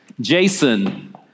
Jason